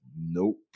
nope